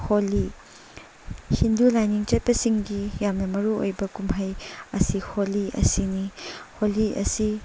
ꯍꯣꯂꯤ ꯍꯤꯟꯗꯤ ꯂꯥꯏꯅꯤꯡ ꯆꯠꯄꯁꯤꯡꯒꯤ ꯌꯥꯝꯅ ꯃꯔꯨꯑꯣꯏꯕ ꯀꯨꯝꯍꯩ ꯑꯁꯤ ꯍꯣꯂꯤ ꯑꯁꯤꯅꯤ ꯍꯣꯂꯤ ꯑꯁꯤ